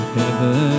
heaven